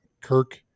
Kirk